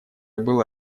было